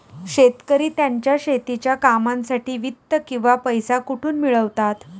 शेतकरी त्यांच्या शेतीच्या कामांसाठी वित्त किंवा पैसा कुठून मिळवतात?